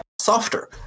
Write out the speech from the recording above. softer